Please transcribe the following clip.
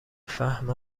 فهم